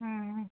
ம் ம்